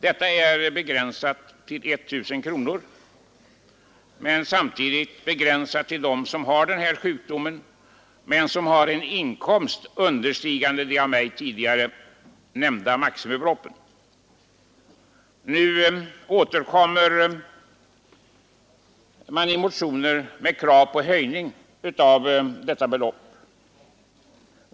Detta är begränsat till I 000 kronor. Men samtidigt är det begränsat till de diabetessjuka som har en inkomst understigande det av mig tidigare nämnda maximibeloppet. Nu återkommer man i flera motioner med krav på höjning av detta belopp.